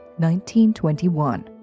1921